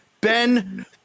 Ben